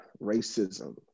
racism